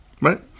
Right